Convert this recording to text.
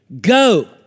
go